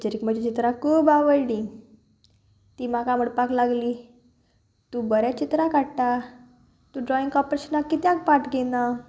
टिचरीक म्हजी चित्रां खूब आवडली तीं म्हाका म्हणपाक लागली तूं बरें चित्रां काडटा तूं ड्रॉईंग कॉम्पिटिशनाक कित्याक पार्ट घेना